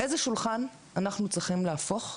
איזה שולחן אנחנו צריכים להפוך,